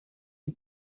die